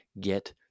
get